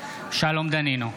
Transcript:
שלום דנינו,